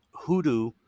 hoodoo